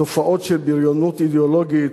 תופעות של בריונות אידיאולוגית,